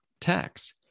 tax